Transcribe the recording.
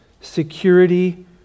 security